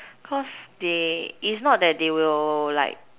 cause they it's not that they will like